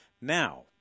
Now